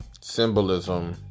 symbolism